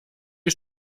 die